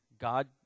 God